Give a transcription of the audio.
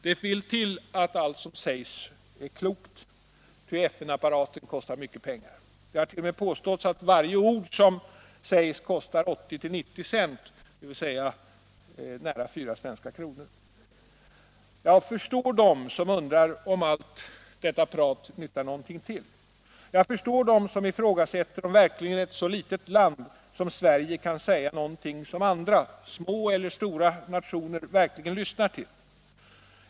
Det vill till att allt som sägs är klokt, ty FN-apparaten kostar mycket pengar. Det har t.o.m. påståtts att varje ord som sägs kostar 80-90 cent — dvs. nära 4 svenska kronor. Jag förstår dem som undrar om allt prat nyttar någonting till. Jag förstår dem som ifrågasätter om verkligen ett så litet land som Sverige kan säga något som andra — små eller stora — nationer verkligen lyssnar till.